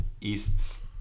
East